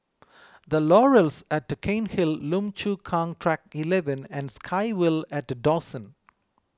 the Laurels at Cairnhill Lim Chu Kang Track eleven and SkyVille at Dawson